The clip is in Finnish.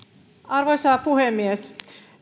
arvoisa puhemies